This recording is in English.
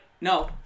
no